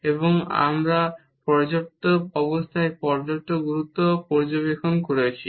এবং আমরা পর্যাপ্ত অবস্থার পর্যাপ্ত গুরুত্বও পর্যবেক্ষণ করেছি